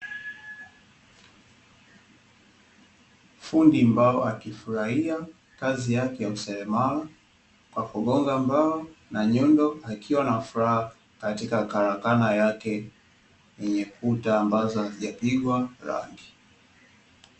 Fundi mbao akifurahia kazi yake ya useremala kwa kugonga mbao na nyundo, akiwa na furaha katika karakana yake, yenye kuta ambazo hazijapigwa rangi.